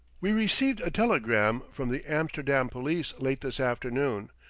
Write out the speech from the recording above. we received a telegram from the amsterdam police late this afternoon,